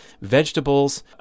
vegetables